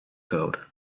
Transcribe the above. code